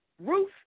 Ruth